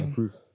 proof